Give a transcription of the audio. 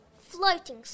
floating